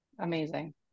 Amazing